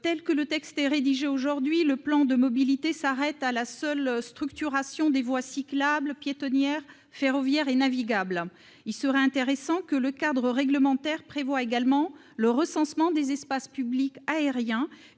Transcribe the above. au nom de Michel Laugier. Le plan de mobilité s'arrête à la seule structuration des voies cyclables, piétonnières, ferroviaires et navigables. Il serait intéressant que le cadre réglementaire prévoie également le recensement des espaces publics aériens